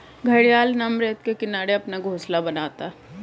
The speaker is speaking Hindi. घड़ियाल नम रेत के किनारे अपना घोंसला बनाता है